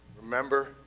remember